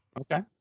Okay